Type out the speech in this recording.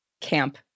Camp